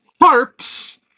Harps